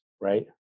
right